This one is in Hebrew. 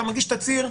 אתה מגיש תצהיר,